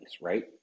right